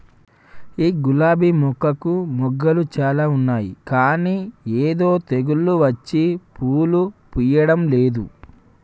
ఈ గులాబీ మొక్కకు మొగ్గలు చాల ఉన్నాయి కానీ ఏదో తెగులు వచ్చి పూలు పూయడంలేదు